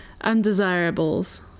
undesirables